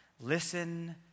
Listen